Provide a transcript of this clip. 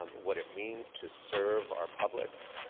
um what it means to serve our public.